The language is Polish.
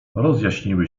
rozjaśniły